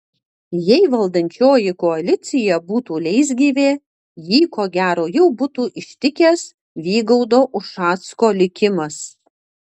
jei valdančioji koalicija būtų leisgyvė jį ko gero jau būtų ištikęs vygaudo ušacko likimas